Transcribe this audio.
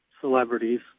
celebrities